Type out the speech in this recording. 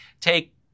take